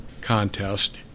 contest